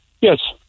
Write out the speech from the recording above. Yes